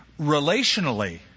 relationally